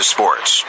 Sports